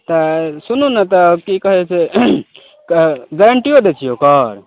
तऽ सुनू ने तऽ की कहै छै तऽ गैरेण्टियो दै छियै ओकर